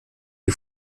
die